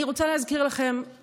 אני רוצה להזכיר לכם,